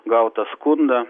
gautą skundą